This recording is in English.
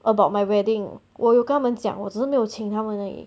about my wedding 我有跟他们讲我只是没有请他们而已